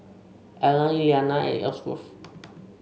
Allan Elliana and Ellsworth